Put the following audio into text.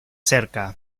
cerca